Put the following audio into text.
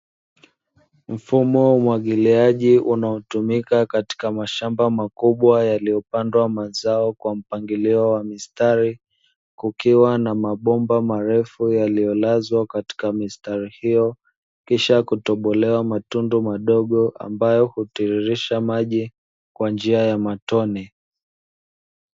Mfumo wa umwagiliaji unaotumika katika mashamba makubwa yaliyopandwa mazao kwa mpangilio wa mistari, kukiwa na mabomba marefu yaliyolazwa katika mistari hiyo, kisha kutobolewa matundu madogo ambayo hutiririsha maji kwa njia ya matone.